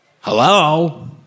Hello